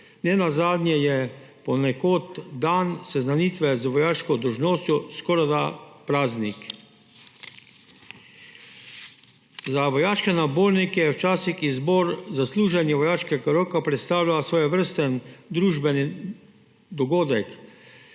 Ne nazadnje je ponekod dan seznanitve z vojaško dolžnostjo skorajda praznik. Za vojaške nabornike je včasih izbor za služenje vojaškega roka predstavljal svojevrsten družbeni dogodek.